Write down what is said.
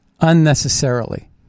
unnecessarily